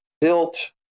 built